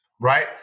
right